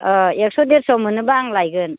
एक्स' देरस' मोनोबा आं लायगोन